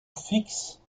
fix